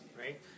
right